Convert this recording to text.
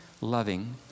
loving